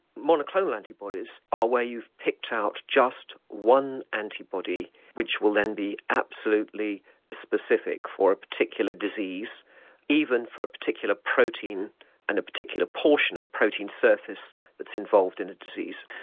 monoclonal antibodies are where you've picked out just one antibody which will then be absolutely specific for a particular disease even for a particular protein and a particular portion of a protein surface that's involved in a disease.